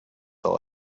all